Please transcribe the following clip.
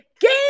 game